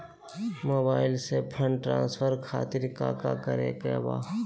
Mobile से fund transfer खातिर काका करे के बा?